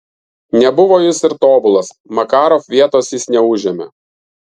nebuvo jis ir tobulas makarov vietos jis neužėmė